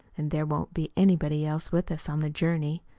and there won't be anybody else with us on the journey.